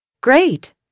Great